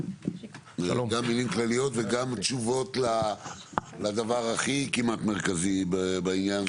גם מילים כלליות וגם תשובות לדבר כמעט הכי מרכזי בעניין,